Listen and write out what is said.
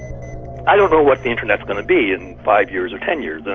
i don't know what the internet's going to be in five years or ten years.